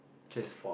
chests